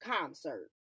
concert